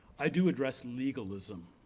i do address legalism,